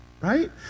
Right